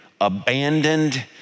abandoned